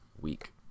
week